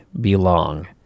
belong